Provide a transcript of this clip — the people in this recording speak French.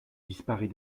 disparaît